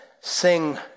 sing